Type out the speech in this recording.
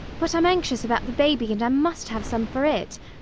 but i'm anxious about the baby and i must have some for it.